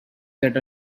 that